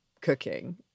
cooking